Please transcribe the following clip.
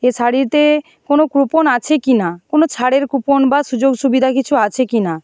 এ শাড়িতে কোনও কুপন আছে কিনা কোনও ছাড়ের কুপন বা সুযোগ সুবিধা কিছু আছে কিনা